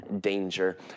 danger